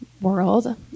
world